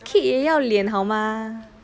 kid 也要脸的好吗